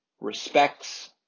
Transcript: respects